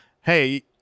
Hey